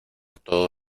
todo